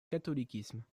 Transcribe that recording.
catholicisme